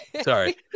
Sorry